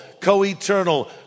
co-eternal